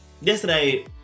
yesterday